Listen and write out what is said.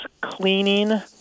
cleaning